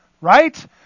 right